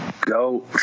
Go